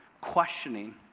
questioning